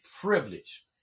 privilege